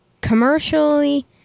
commercially